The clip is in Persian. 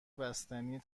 بستنی